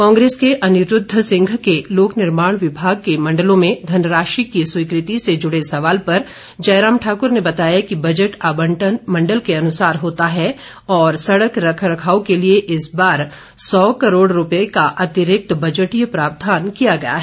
कांग्रेस के अनिरूद्ध सिंह के लोक निर्माण विभाग के मण्डलों में धनराशि की स्वीकृति से जुड़े सवाल पर जयराम ठाक्र ने बताया कि बजट आबंटन मण्डल के अनुसार होता है और सड़क रखरखाव के लिए इस बार सौ करोड़ रूपए का अंतिरिक्त बजटीय प्रावधान किया गया है